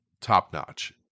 top-notch